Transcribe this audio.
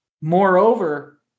Moreover